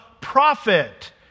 prophet